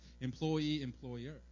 employee-employer